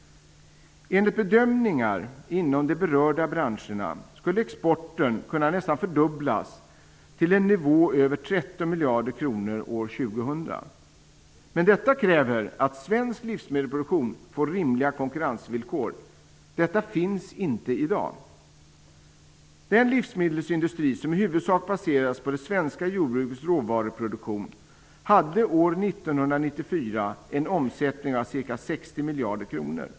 Enligt bedömningar inom de berörda branscherna skulle exporten kunna nästan fördubblas till en nivå över 13 miljarder kronor år 2000. Men detta kräver att svensk livsmedelsproduktion får rimliga konkurrensvillkor. Dessa finns inte i dag. Den livsmedelsindustri som i huvudsak baseras på det svenska jordbrukets råvaruproduktion hade år 1994 en omsättning på ca 60 miljarder kronor.